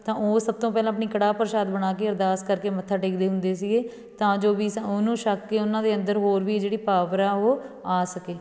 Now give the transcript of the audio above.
ਤਾਂ ਉਹ ਸਭ ਤੋਂ ਪਹਿਲਾਂ ਆਪਣੀ ਕੜਾਹ ਪ੍ਰਸ਼ਾਦ ਬਣਾ ਕੇ ਅਰਦਾਸ ਕਰਕੇ ਮੱਥਾ ਟੇਕਦੇ ਹੁੰਦੇ ਸੀਗੇ ਤਾਂ ਜੋ ਵੀ ਉਹਨੂੰ ਛੱਕ ਕੇ ਉਹਨਾਂ ਦੇ ਅੰਦਰ ਹੋਰ ਵੀ ਜਿਹੜੀ ਪਾਵਰ ਆ ਉਹ ਆ ਸਕੇ